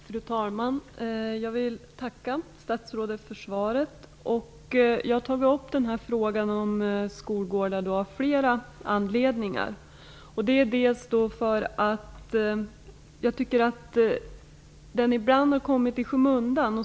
Fru talman! Jag vill tacka statsrådet för svaret. Jag har tagit upp frågan om skolgårdar av flera anledningar. Jag tycker att frågan ibland har kommit i skymundan.